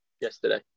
yesterday